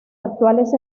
actuales